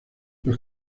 los